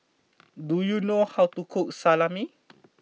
do you know how to cook Salami